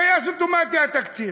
טייס אוטומטי, התקציב.